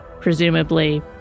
presumably